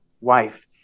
wife